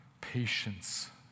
patience